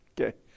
Okay